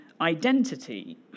identity